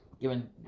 given